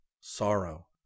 sorrow